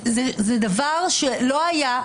זה דבר שלא היה.